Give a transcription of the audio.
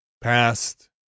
past